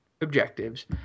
objectives